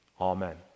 Amen